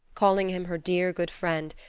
calling him her dear, good friend,